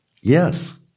Yes